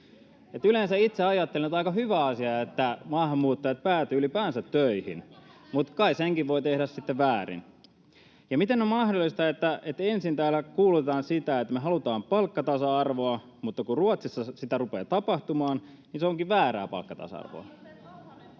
Yleensä itse ajattelen, että aika hyvä asia, että maahanmuuttajat päätyvät ylipäänsä töihin, mutta kai senkin voi tehdä sitten väärin. [Pia Lohikoski: No kukapa näin on väittänyt?] Miten on mahdollista, että ensin täällä kuulutetaan, että me halutaan palkkatasa-arvoa, mutta kun Ruotsissa sitä rupeaa tapahtumaan, niin se onkin väärää palkkatasa-arvoa?